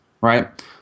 right